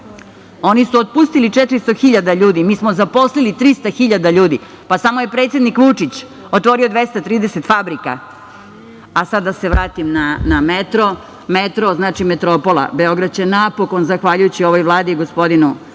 Oni su otpustili 400.000 ljudi, mi smo zaposlili 300.000 ljudi. Pa samo je predsednik Vučić otvorio 230 fabrika. Sada da se vratim na metro. Metro, znači metropola. Beograd će napokon, zahvaljujući ovoj Vladi i gospodinu